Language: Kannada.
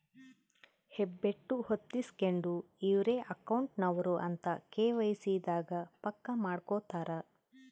ಹೆಬ್ಬೆಟ್ಟು ಹೊತ್ತಿಸ್ಕೆಂಡು ಇವ್ರೆ ಅಕೌಂಟ್ ನವರು ಅಂತ ಕೆ.ವೈ.ಸಿ ದಾಗ ಪಕ್ಕ ಮಾಡ್ಕೊತರ